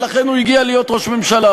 ולכן הוא הגיע להיות ראש ממשלה,